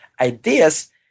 ideas